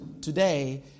today